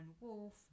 wolf